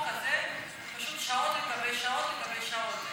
הזה פשוט שעות על גבי שעות על גבי שעות.